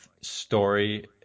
story